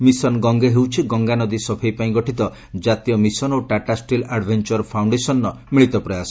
mission Gange ହେଉଛି ଗଙ୍ଗା ନଦୀ ସଫେଇ ପାଇଁ ଗଠିତ ଜାତୀୟ ମିଶନ୍ ଓ ଟାଟାଷ୍ଟିଲ୍ ଆଡ୍ଭେଞ୍ଚର ଫାଉଣ୍ଡେସନର ମିଳିତ ପ୍ରୟାସ